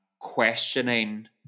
questioning